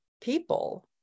people